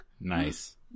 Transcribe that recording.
nice